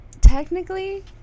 technically